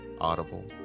Audible